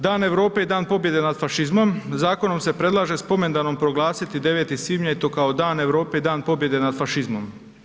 Dan Europe i Dan pobjede nad fašizmom zakonom se predlaže spomendanom proglasiti 9. svibnja i to kao Dan Europe i Dan pobjede nad fašizmom.